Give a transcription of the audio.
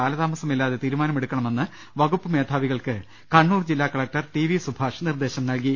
കാലതാമസമില്ലാതെ തീരുമാനമെടുക്കണമെന്ന് വകുപ്പ് മേധാവികൾക്ക് കണ്ണൂർ ജില്ലാ കലക്ടർ ടി വി സുഭാഷ് നിർദേശം ന്തർക്ടി